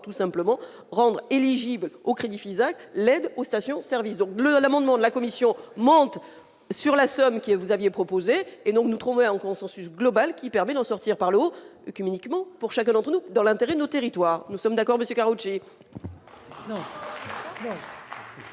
tout simplement rendre éligible au crédit Fisac, l'aide aux stations-service de l'amendement de la commission monte sur la somme qui vous aviez proposé et donc nous trouver un consensus global qui permet d'en sortir par le haut et puis uniquement pour chacun d'entre nous, dans l'intérêt nous territoire nous sommes d'accord, monsieur Karoutchi.